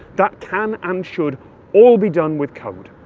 that can and should all be done with code.